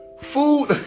food